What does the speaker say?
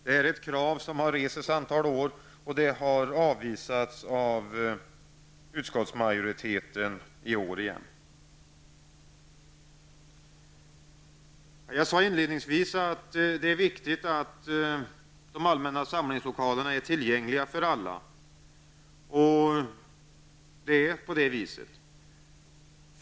Detta är ett krav som har rests ett antal år och det har avvisats av utskottsmajoriteten i år igen. Jag sade inledningsvis att det är viktigt att de allmänna samlingslokalerna är tillgängliga för alla. Det är på det sättet.